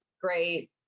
great